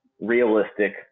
realistic